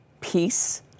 peace